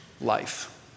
life